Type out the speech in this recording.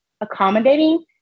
accommodating